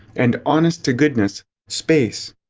and honest-to-goodness space.